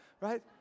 right